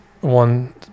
one